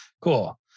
cool